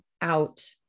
out